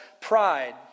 pride